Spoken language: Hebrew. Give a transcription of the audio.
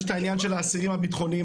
יש את העניין של האסירים הביטחוניים,